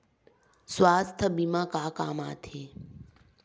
सुवास्थ बीमा का काम आ थे?